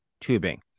tubing